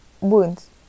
wounds